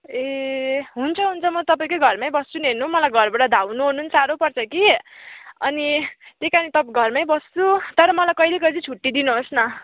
ए हुन्छ हुन्छ म तपाईँकै घरमै बस्छु नि हेर्नू मलाई घरबाट धाउनु ओर्नु नि साह्रो पर्छ कि अनि त्यही कारणले तप् घरमै बस्छु तर मलाई कहिले कहिले छुट्टी दिनुहोस् न